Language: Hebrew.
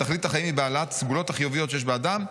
ותכלית החיים היא בהעלאת הסגולות החיוביות שיש באדם: